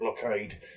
blockade